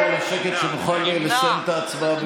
צריך להגיד שגם בחוק הבא.